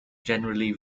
generally